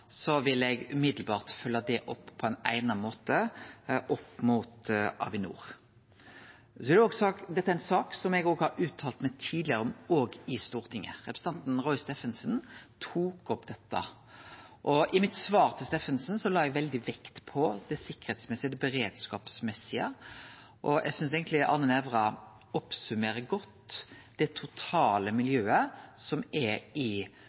Så vil eg seie: La det ikkje vere nokon tvil om at når Stortinget har gjort det vedtaket som alt ligg til rette for vil bli gjort no, vil eg omgåande følgje det opp på ein eigna måte mot Avinor. Dette er ei sak som eg har uttalt meg om tidlegare, òg i Stortinget. Representanten Roy Steffensen tok opp dette, og i svaret mitt til Steffensen la eg veldig vekt på det sikkerheitsmessige og det beredskapsmessige. Eg synest eigentleg